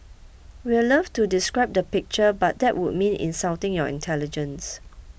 we'd love to describe the picture but that would mean insulting your intelligence